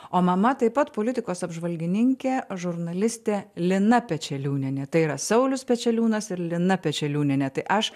o mama taip pat politikos apžvalgininkė žurnalistė lina pečeliūnienė tai yra saulius pečeliūnas ir lina pečeliūnienė tai aš